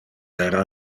era